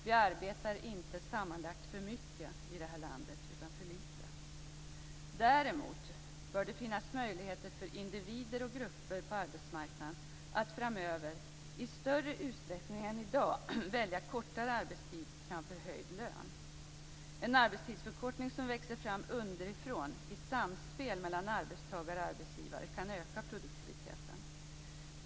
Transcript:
Vi arbetar inte sammanlagt för mycket i vårt land utan för litet. Däremot bör det framöver finnas möjligheter för individer och grupper på arbetsmarknaden att i större utsträckning än i dag välja kortare arbetstid framför höjd lön. En arbetstidsförkortning som växer fram underifrån - i sampel mellan arbetstagare och arbetsgivare - kan öka produktiviteten.